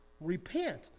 repent